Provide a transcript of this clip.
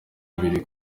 abiri